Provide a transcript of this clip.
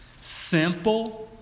simple